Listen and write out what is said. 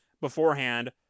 beforehand